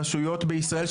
רשויות בישראל,